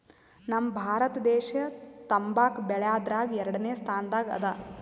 ನಮ್ ಭಾರತ ದೇಶ್ ತಂಬಾಕ್ ಬೆಳ್ಯಾದ್ರಗ್ ಎರಡನೇ ಸ್ತಾನದಾಗ್ ಅದಾ